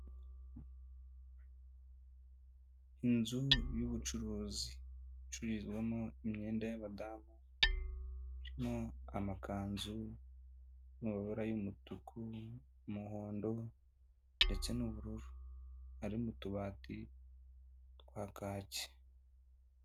Inzu y'ubucuruzi icururizwamo imyenda y'abadamu, harimo amakanzu, n'amabara y'umutuku, umuhondo ndetse n'ubururu, ari mu tubati twa kaki.